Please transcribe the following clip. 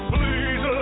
Please